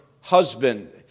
husband